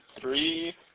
three